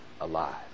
alive